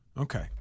Okay